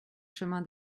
chemin